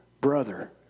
brother